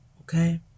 Okay